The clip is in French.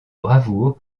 bravoure